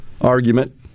argument